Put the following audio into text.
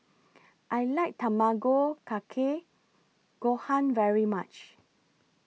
I like Tamago Kake Gohan very much